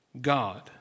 God